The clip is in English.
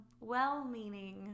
well-meaning